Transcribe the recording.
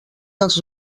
dels